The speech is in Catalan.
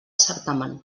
certamen